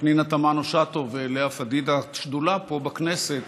פנינה תמנו-שטה ולאה פדידה שדולה פה, בכנסת,